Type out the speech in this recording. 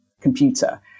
computer